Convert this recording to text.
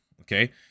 Okay